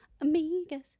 Amiga's